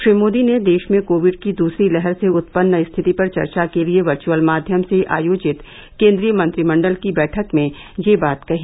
श्री मोदी ने देश में कोविड की दूसरी लहर से उत्पन्न स्थिति पर चर्चा के लिए वर्चुअल माध्यम से आयोजित केन्द्रीय मंत्रिमंडल की बैठक में यह बात कही